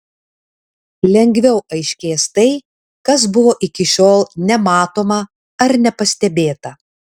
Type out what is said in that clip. lengviau aiškės tai kas buvo iki šiol nematoma ar nepastebėta